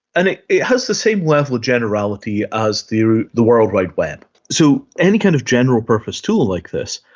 and it it has the same level of generality as the the world wide web. so any kind of general-purpose tool like this,